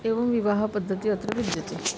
एवं विवाहपद्धतिः अत्र विद्यते